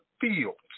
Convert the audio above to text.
fields